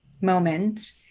moment